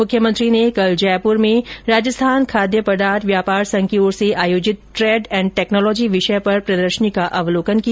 मुख्यमंत्री ने कल जयपूर में राजस्थान खाद्य पदार्थ संघ की ओर से आयोजित ट्रेड एण्ड टेक्नोलोजी विषय पर प्रदर्शनी का अवलोकन किया